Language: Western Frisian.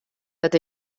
dat